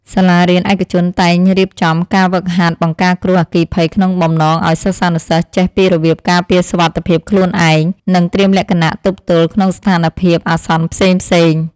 សាលារៀនឯកជនតែងរៀបចំការហ្វឹកហាត់បង្ការគ្រោះអគ្គិភ័យក្នុងបំណងឱ្យសិស្សានុសិស្សចេះពីរបៀបការពារសុវត្ថិភាពខ្លួនឯង និង ត្រៀមលក្ខណៈទប់ទល់ក្នុងស្ថានភាពអាសន្នផ្សេងៗ។